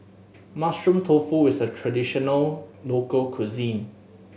Mushroom Tofu is a traditional local cuisine